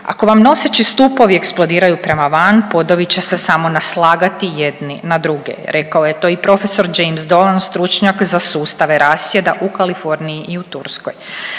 Ako vam noseći stupovi eksplodiraju prema van podovi će se samo naslagati jedni na druge rekao je to i profesor James Don stručnjak za sustave rasjeda u Kaliforniji i u Turskoj.